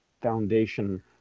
foundation